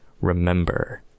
Remember